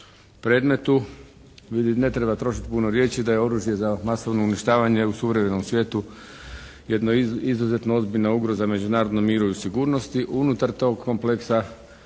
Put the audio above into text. predmetu. Ne treba trošiti puno riječi da je oružje za masovno uništavanje u suvremenom svijetu jedno izuzetno ozbiljna ugroza međunarodnom miru i sigurnosti. Unutar tog kompleksa